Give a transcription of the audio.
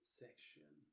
section